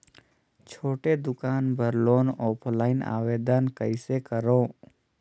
छोटे दुकान बर लोन ऑफलाइन आवेदन कइसे करो?